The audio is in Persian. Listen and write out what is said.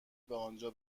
آنجا